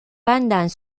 pendant